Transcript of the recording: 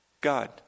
God